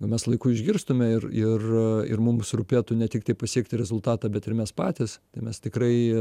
jei mes laiku išgirstume ir ir ir mums rūpėtų ne tiktai pasiekti rezultatą bet ir mes patys tai mes tikrai